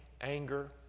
anger